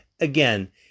again